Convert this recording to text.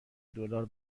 دلار